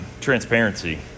Transparency